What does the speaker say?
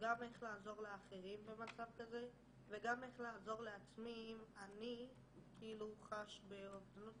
גם איך לעזור לאחרים במצב כזה וגם איך לעזור לעצמי אם אני חש באובדנות,